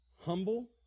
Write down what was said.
humble